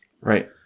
Right